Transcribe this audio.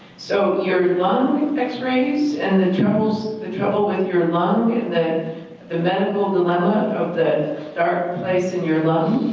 so your your lung x-rays and the trouble so the trouble with your lung then the medical dilemma of the dark place in your lung?